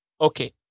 Okay